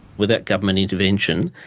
without government intervention,